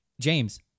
James